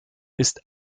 ist